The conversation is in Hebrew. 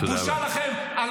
בושה לכם,